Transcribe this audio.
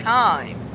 time